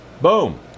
Boom